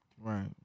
right